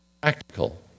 practical